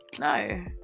no